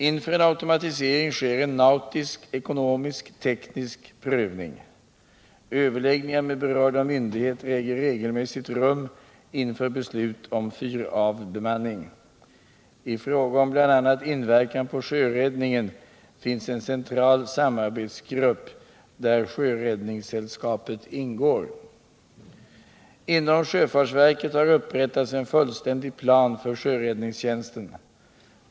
Inför en automatisering sker en nautisk-ekonomisk-teknisk prövning. Överläggningar med berörda myndigheter äger regelmässigt rum inför beslut om fyravbemanning. I fråga om bl.a. inverkan på sjöräddningen finns en central samarbetsgrupp där sjöräddningssällskapet ingår. Inom sjöfartsverket har upprättats en fullständig plan för sjöräddningstjänsten.